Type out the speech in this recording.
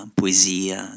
poesia